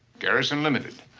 garrison, limited.